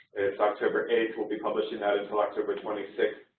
it's october eight, we'll be publishing that until october twenty six,